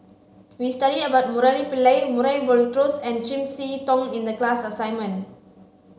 we studied about Murali Pillai Murray Buttrose and Chiam See Tong in the class assignment